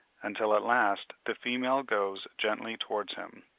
until at last the female goes gently towards him.